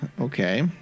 Okay